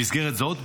במסגרת זאת,